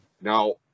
now